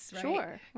sure